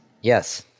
Yes